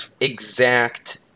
exact